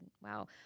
Wow